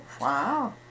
Wow